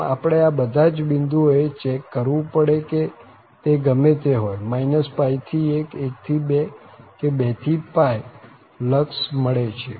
આમ આપણે આ બધા જ બિંદુઓ એ ચેક કરવું પડે કે તે ગમે તે હોય થી 1 1 થી 2 કે 2 થી લક્ષ મળે છે